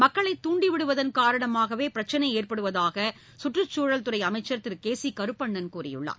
மக்களை தூண்டிவிடுவதன் காரணமாகவே பிரச்சினை ஏற்படுவதாக சுற்றுச்சூழல் துறை அமைச்சர் திரு கே சி கருப்பணன் கூறியுள்ளார்